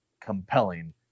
compelling